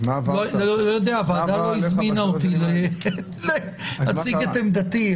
הוועדה לא הזמינה אותי להציג את עמדתי,